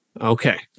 Okay